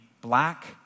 black